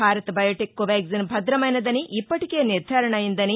Bharat Biotech Covaxin భద్రమైనదని ఇప్పటికే నిర్గరణ అయిందని